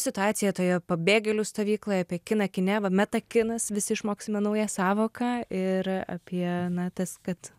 situaciją toje pabėgėlių stovykloje apie kiną kine vameta kinas visi išmoksime naują sąvoką ir apie na tas kad